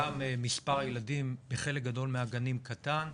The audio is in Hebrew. גם מספר הילדים בחלק גדול מהגנים קטן,